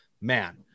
man